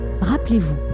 rappelez-vous